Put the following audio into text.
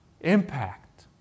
impact